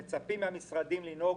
שמצפים מהמשרדים לנהוג